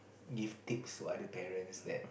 give tips to other parents that